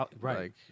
Right